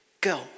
Go